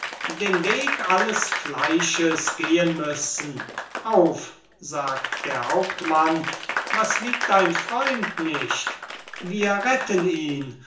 den weg alles fleisches gehen müssen auf sagt der hauptmann was wiegt ein freund nicht wir retten ihn